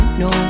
no